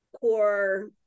core